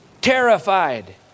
terrified